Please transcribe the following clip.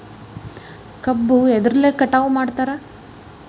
ಕಬ್ಬು ಎದ್ರಲೆ ಕಟಾವು ಮಾಡ್ತಾರ್?